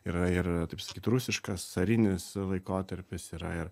yra ir taip sakyt rusiškas carinis laikotarpis yra ir